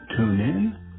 TuneIn